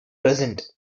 present